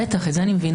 בטח, את זה אני מבינה.